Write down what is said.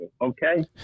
okay